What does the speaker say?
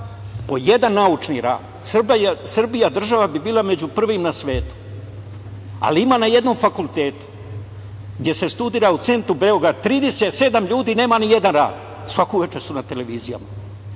po jedan naučni rad, Srbija država bi bila među prvim na svetu. Na jednom fakultetu, gde se studira u centru Beograda, 37 ljudi nema nijedan rad, a svako veče su na televizijama. Dakle,